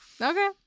Okay